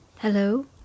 Hello